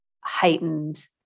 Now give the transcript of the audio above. Heightened